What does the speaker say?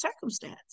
circumstance